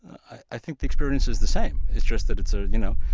i think the experience is the same. it's just that it's a, you know,